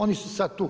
Oni su sad tu.